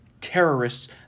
terrorists